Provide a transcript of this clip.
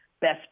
best